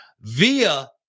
via